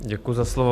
Děkuji za slovo.